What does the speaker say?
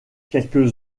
quelques